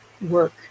work